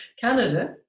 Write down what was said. Canada